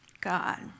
God